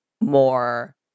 more